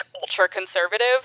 ultra-conservative